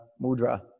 mudra